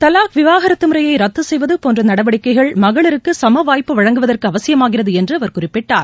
தலாக் விவாகரத்து முறையை ரத்து செய்வது போன்ற நடவடிக்கைகள் மகளிருக்கு சமவாய்ப்பு வழங்குவதற்கு அவசியமாகிறது என்று அவர் குறிப்பிட்டார்